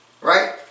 Right